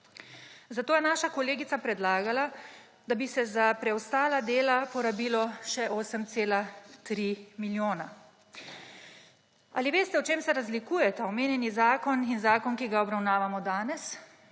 Zato je naša kolegica predlagala, da bi se za preostala dela porabilo še 8,3 milijona. Ali veste, v čem se razlikujeta omenjeni zakon in zakon, ki ga obravnavamo danes?